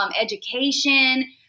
education